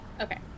Okay